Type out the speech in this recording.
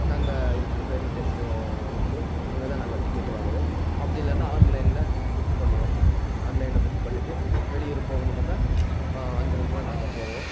அங்கே இருக்குது railway station இருக்குது அங்கேதான் நாங்கள் டிக்கெட்டு வாங்குவோம் அப்படி இல்லைனா ஆன்லைனில் புக்கு பண்ணுவோம் ஆன்லைனில் புக்கு பண்ணிவிட்டு வெளியூர் போகணுமுன்னால் அங்கேருந்து தான் நாங்கள் போவோம்